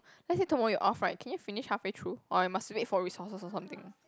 let's say tomorrow you off right can you finish halfway through or you must wait for resources or something